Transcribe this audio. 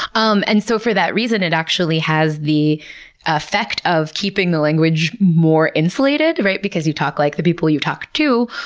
um and so, for that reason, it actually has the effect of keeping the language more insulated because you talk like the people you talk to.